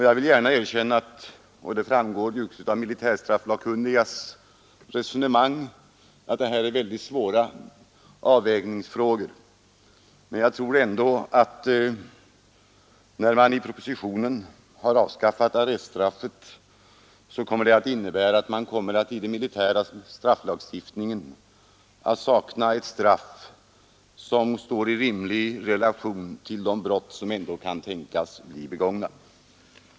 Jag vill gärna erkänna — och det framgår också av militärstraffsakkunnigas resonemang — att det här gäller svåra avvägningsfrågor. Jag tror ändå att när man i propositionen har föreslagit avskaffande av arreststraffet, kommer det att leda till att vi i den militära strafflagstiftningen kommer att sakna ett straff som står i rimlig relation till vissa brott som ändå kan tänkas bli begångna.